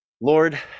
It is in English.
Lord